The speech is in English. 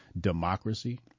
democracy